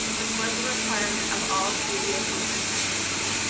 which was a requirement of all previous superintendents.